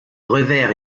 revers